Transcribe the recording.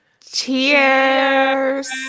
Cheers